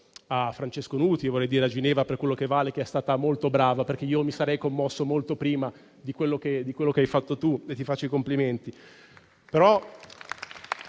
a Francesco Nuti. Vorrei dire a Ginevra, per quello che vale, che è stata molto brava: io mi sarei commosso molto prima di quello che hai fatto tu e ti faccio i miei complimenti